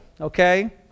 okay